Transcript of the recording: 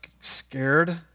scared